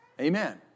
Amen